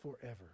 forever